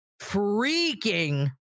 freaking